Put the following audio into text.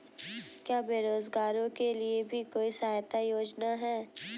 क्या बेरोजगारों के लिए भी कोई सहायता योजना है?